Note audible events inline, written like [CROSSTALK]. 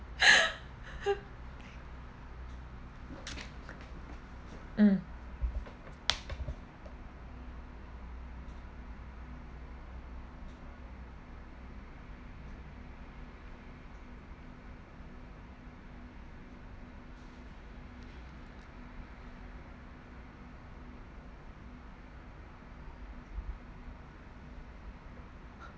[LAUGHS] mm